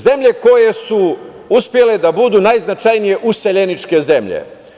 Zemlje koje su uspele da budu najznačajnije useljeničke zemlje.